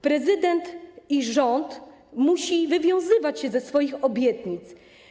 Prezydent i rząd muszą wywiązywać się ze swoich obietnic.